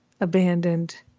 abandoned